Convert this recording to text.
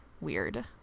weird